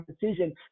decision